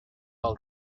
all